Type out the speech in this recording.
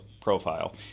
profile